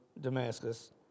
Damascus